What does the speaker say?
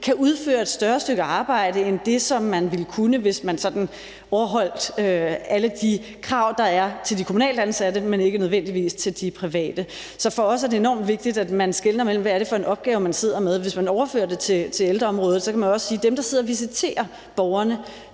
kan udføre et større stykke arbejde end det, som man ville kunne, hvis man sådan overholdt alle de krav, der er til de kommunalt ansatte, men ikke nødvendigvis til de private. Så for os er det enormt vigtigt, at man skelner mellem, hvad det er for nogle opgaver, man sidder med meget. Hvis man overfører det til ældreområdet, kan man jo også sige, at når det gælder dem, der sidder og visiterer borgerne